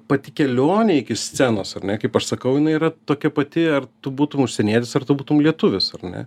pati kelionė iki scenos ar ne kaip aš sakau jinai yra tokia pati ar tu būtum užsienietis ar tu būtum lietuvis ar ne